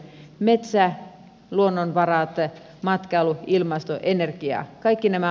metsä luonnonvarat matkailu ilmasto energia